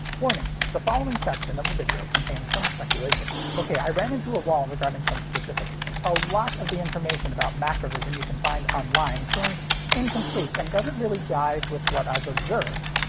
warning the following section of the video contains some speculation. ok, i ran into a wall regarding some specifics. a lot of the information about macrovision you can find online seems incomplete and doesn't really jive with what i've observed.